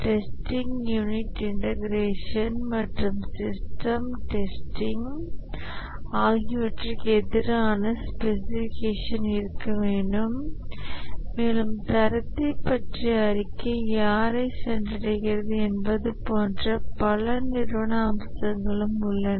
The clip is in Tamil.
டெஸ்டிங் யூனிட் இண்டெகரேஷன் மற்றும் சிஸ்டம் டெஸ்டிங் ஆகியவற்றிற்கு எதிரான ஸ்பெசிஃபிகேஷன் இருக்க வேண்டும் மேலும் தரத்தை பற்றிய அறிக்கை யாரை சென்றடைகிறது என்பது போன்ற பல நிறுவன அம்சங்களும் உள்ளன